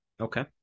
okay